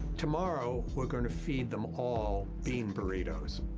tomorrow, we're gonna feed them all bean burritos.